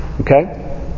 Okay